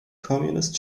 communist